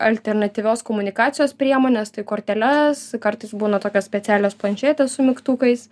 alternatyvios komunikacijos priemones tai korteles kartais būna tokios specialios planšetės su mygtukais